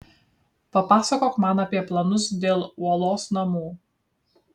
papasakok man apie planus dėl uolos namų